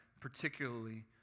particularly